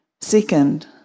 Second